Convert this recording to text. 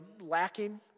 lacking